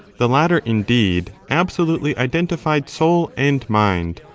the latter, indeed, absolutely identified soul and mind,